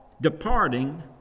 departing